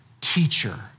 teacher